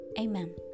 Amen